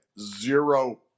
zero